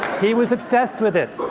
he was obsessed with it!